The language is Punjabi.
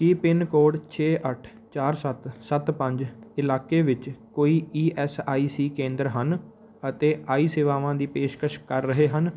ਕੀ ਪਿੰਨਕੋਡ ਛੇ ਅੱਠ ਚਾਰ ਸੱਤ ਸੱਤ ਪੰਜ ਇਲਾਕੇ ਵਿੱਚ ਕੋਈ ਈ ਐੱਸ ਆਈ ਸੀ ਕੇਂਦਰ ਹਨ ਅਤੇ ਆਈ ਸੇਵਾਵਾਂ ਦੀ ਪੇਸ਼ਕਸ਼ ਕਰ ਰਹੇ ਹਨ